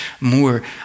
more